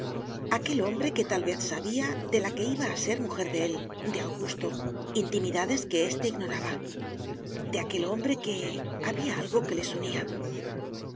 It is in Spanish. aquel hombre que tal vez sabía de la que iba a ser mujer de él de augusto intimidades que éste ignoraba de aquel hombre que había algo que les unía